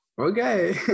okay